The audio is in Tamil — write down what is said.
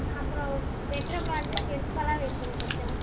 அப்புறோம் பெட்ரூமில் வந்து ஷெல்ஃப்ஃபெல்லாம் வைக்குணும் கொஞ்சம்